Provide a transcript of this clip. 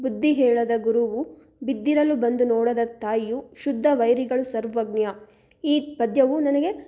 ಬುದ್ಧಿ ಹೇಳದ ಗುರುವು ಬಿದ್ದಿರಲು ಬಂದು ನೋಡದ ತಾಯಿಯು ಶುದ್ಧ ವೈರಿಗಳು ಸರ್ವಜ್ಞ ಈ ಪದ್ಯವು ನನಗೆ